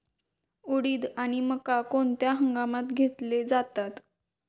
उडीद आणि मका कोणत्या हंगामात घेतले जातात?